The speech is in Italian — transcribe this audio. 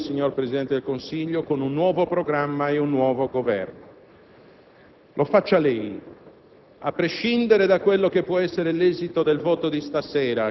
Signor Presidente del Consiglio, lei ha detto che vi sono tre emergenze nel Paese, le ha elencate e ha orgogliosamente difeso l'operato del suo Governo.